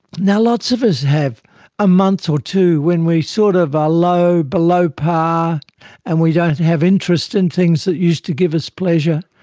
now, lots of us have a month or two where we sort of our low, below par and we don't have interest in things that used to give us pleasure,